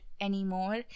anymore